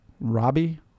Robbie